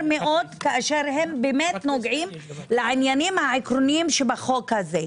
מאוד כשהם נוגעים לעניינים העקרוניים בחוק הזה.